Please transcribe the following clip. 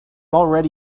already